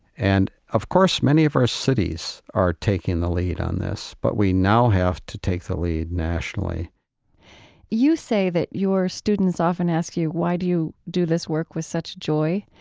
and, of course, many of our cities are taking the lead on this, but we now have to take the lead nationally you say that your students often ask you, why do you do this work with such joy?